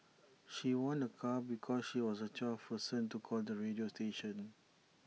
she won A car because she was the twelfth person to call the radio station